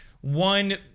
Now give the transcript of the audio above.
one